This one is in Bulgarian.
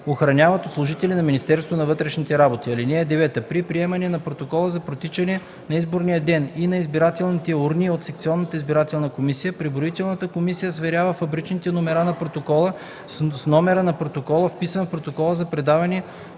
охраняват от служители на Министерството на вътрешните работи. (9) При приемане на протоколите за протичане на изборния ден и избирателните урни от секционната избирателна комисия преброителната комисия сверява фабричните номера на протоколите с номерата на протоколите, вписани в протокола за предаването